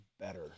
better